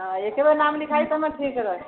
हँ एकरो नाम लिखाइ तब न ठीक